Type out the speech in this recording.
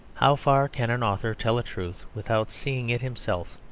how far can an author tell a truth without seeing it himself?